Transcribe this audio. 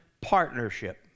partnership